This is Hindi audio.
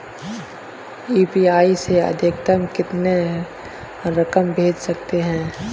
यू.पी.आई से अधिकतम कितनी रकम भेज सकते हैं?